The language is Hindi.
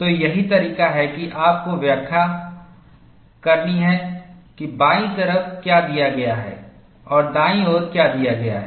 तो यही तरीका है कि आपको व्याख्या करना है कि बाईं तरफ क्या दिया गया है और दाईं ओर क्या दिया गया है